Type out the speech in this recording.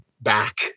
back